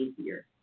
easier